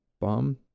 bomb